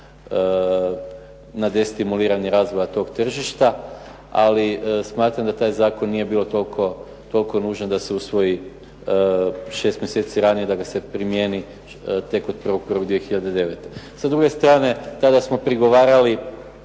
na destimuliranje razvoja tog tržišta, ali smatram da taj zakon nije bio toliko nužan da se usvoji 6 mjeseci ranije, da ga se primjeni tek od 1.1.2009. Sa druge strane, tada smo prigovarali